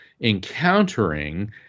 encountering